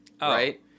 Right